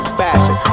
fashion